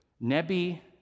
Nebi